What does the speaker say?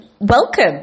welcome